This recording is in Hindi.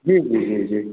जी जी जी जी